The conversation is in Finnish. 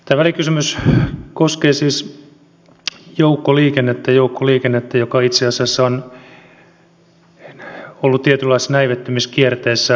tämä välikysymys koskee siis joukkoliikennettä joka itse asiassa on ollut tietynlaisessa näivettymiskierteessä vuosia